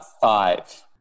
five